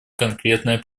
конкретное